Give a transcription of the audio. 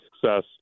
success